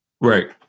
right